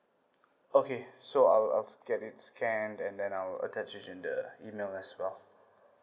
okay so I'll I'll get it scan and then I'll attach in the email as well